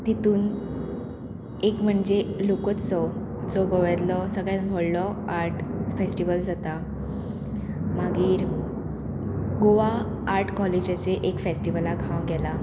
तितून एक म्हणजे लोकोत्सव जो गोंयांतलो सगळ्यांत व्हडलो आर्ट फेस्टिवल जाता मागीर गोवा आर्ट कॉलेजाचे एक फेस्टिवलाक हांव गेलां